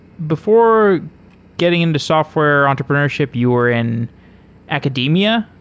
before getting into software entrepreneurship, you were in academia.